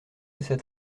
cet